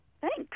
Thanks